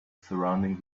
surrounding